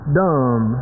dumb